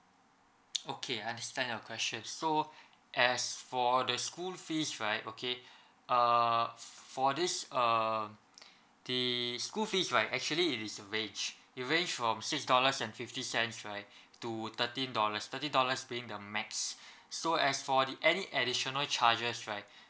okay understand your question so as for the school fees right okay uh for this um the school fees right actually it is a range it range from six dollars and fifty cents right to thirteen dollars thirteen dollars being the max so as for the any additional charges right